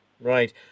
Right